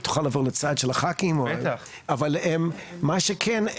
אבל מה שכן,